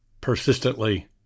Persistently